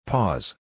Pause